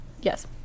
yes